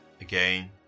again